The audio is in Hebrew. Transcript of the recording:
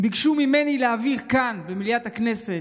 הם ביקשו ממני להעביר כאן, במליאת הכנסת,